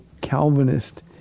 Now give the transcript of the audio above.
Calvinist